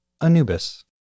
Anubis